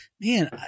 man